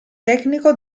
tecnico